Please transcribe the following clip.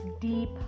deep